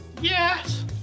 Yes